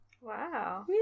Wow